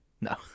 No